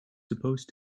supposed